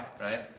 right